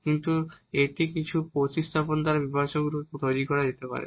কিন্তু এটি কিছু প্রতিস্থাপন দ্বারা সেপারেটেবল ফর্ম তৈরি করা যেতে পারে